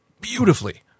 beautifully